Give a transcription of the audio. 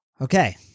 okay